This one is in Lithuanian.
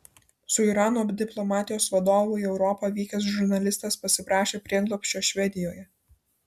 su irano diplomatijos vadovu į europą vykęs žurnalistas pasiprašė prieglobsčio švedijoje